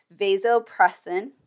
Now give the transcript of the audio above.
vasopressin